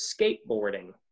skateboarding